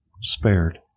spared